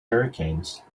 hurricanes